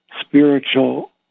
spiritual